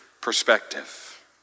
perspective